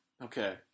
Okay